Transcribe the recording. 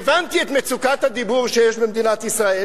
הבנתי את מצוקת הדיור שיש במדינת ישראל,